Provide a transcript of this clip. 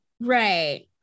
Right